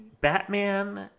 batman